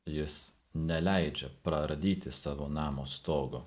jis neleidžia praardyti savo namo stogo